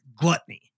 gluttony